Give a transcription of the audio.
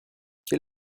quel